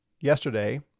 yesterday